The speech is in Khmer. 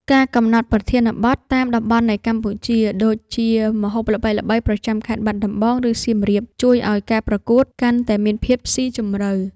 ការកំណត់ប្រធានបទតាម តំបន់នៃកម្ពុជា ដូចជាម្ហូបល្បីៗប្រចាំខេត្តបាត់ដំបង ឬសៀមរាប ជួយឱ្យការប្រកួតកាន់តែមានភាពស៊ីជម្រៅ។